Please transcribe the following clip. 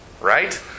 right